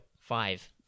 five